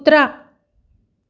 कुत्रा